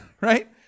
right